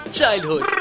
Childhood